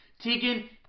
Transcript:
Tegan